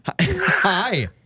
Hi